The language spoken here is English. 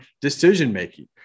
decision-making